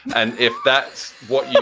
and if that's what